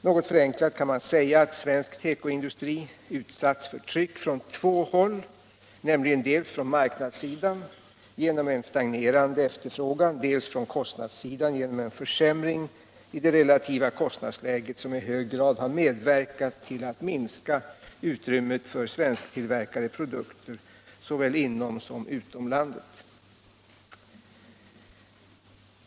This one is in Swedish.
Något förenklat kan man säga att svensk tekoindustri utsatts för tryck från två håll, nämligen dels från marknadssidan genom en stagnerande efterfrågan, dels från kostnadssidan genom en försämring i det relativa kostnadsläget som i hög grad har medverkat till att minska utrymmet för svensktillverkade produkter såväl inom som utom landet.